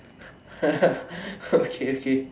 okay okay